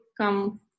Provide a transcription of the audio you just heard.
come